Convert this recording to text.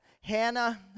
Hannah